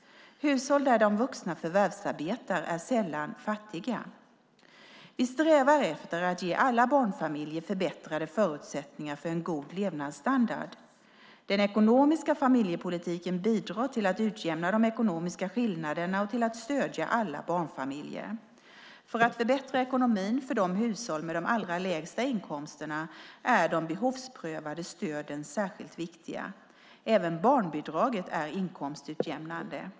Hushåll där de vuxna förvärvsarbetar är sällan fattiga. Vi strävar efter att ge alla barnfamiljer förbättrade förutsättningar för en god levnadsstandard. Den ekonomiska familjepolitiken bidrar till att utjämna de ekonomiska skillnaderna och till att stödja alla barnfamiljer. För att förbättra ekonomin för hushåll med de allra lägsta inkomsterna är de behovsprövade stöden särskilt viktiga. Även barnbidraget är inkomstutjämnande.